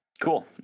Cool